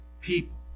people